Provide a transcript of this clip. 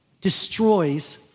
destroys